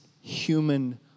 human